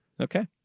Okay